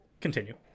continue